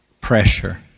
pressure